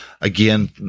again